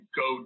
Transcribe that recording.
go